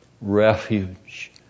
Refuge